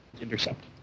Intercept